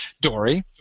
Dory